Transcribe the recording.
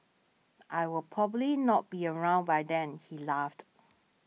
I will probably not be around by then he laughed